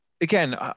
again